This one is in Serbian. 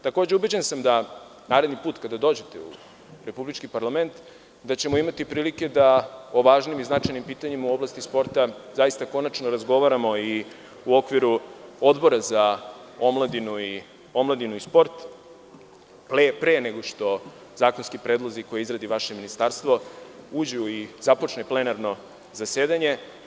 Takođe, ubeđen sam da naredni put kada dođete u republički parlament da ćemo imati prilike da o važnim i značajnim pitanjima u oblasti sporta konačno zaista razgovaramo i u okviru Odbora za omladinu i sport, pre nego što zakonski predlozi koje izradi vaše ministarstvo, uđu i započnu plenarno zasedanje.